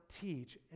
teach